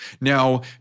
Now